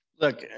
look